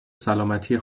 سلامتی